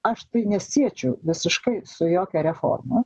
aš nesiečiau visiškai su jokia reforma